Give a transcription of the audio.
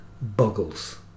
boggles